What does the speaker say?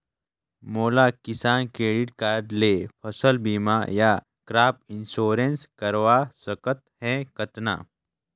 मोला किसान credit card ले फसल बीमा या क्रॉप इंश्योरेंस करवा सकथ हे कतना?